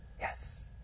Yes